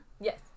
Yes